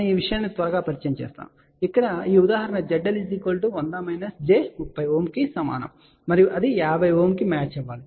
మనం ఈ విషయాన్ని త్వరగా పరిచయం చేస్తాము మరియు ఇక్కడ ఈ ఉదాహరణ లో ZL 100 j 30Ω కు సమానం మరియు అది 50 Ω కు మ్యాచ్ అవ్వాలి